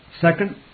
Second